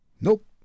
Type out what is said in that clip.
Nope